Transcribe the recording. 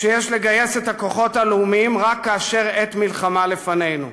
שיש לגייס את הכוחות הלאומיים רק כאשר עת מלחמה לפנינו,